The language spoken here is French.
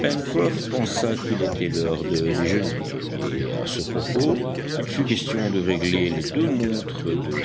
pencroff pensa qu'il était l'heure de déjeuner et à ce propos il fut question de régler les deux montres de